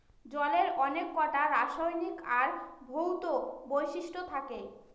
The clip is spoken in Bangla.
জলের অনেককটা রাসায়নিক আর ভৌত বৈশিষ্ট্য থাকে